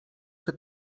czy